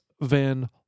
Van